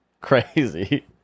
Crazy